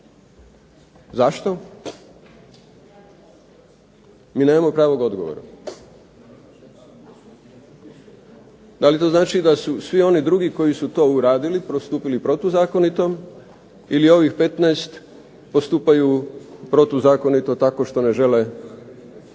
Zašto? Mi nemamo pravog odgovora. Da li to znači da su svi oni drugi koji su to uradili postupili protuzakonito ili ovih 15 postupaju protuzakonito tako što ne žele